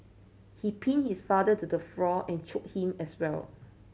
he pin his father to the floor and chok him as well